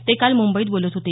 ते काल मुंबईत बोलत होते